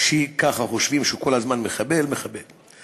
ככה חושבים שהוא, כל הזמן, מחבל, מחבל.